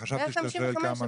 חשבתי אתה שואל כמה משרדים.